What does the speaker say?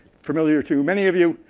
familiar to many of you.